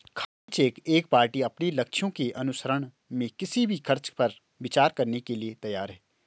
खाली चेक एक पार्टी अपने लक्ष्यों के अनुसरण में किसी भी खर्च पर विचार करने के लिए तैयार है